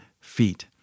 feet